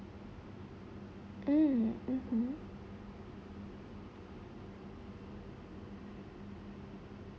mm mmhmm